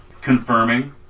confirming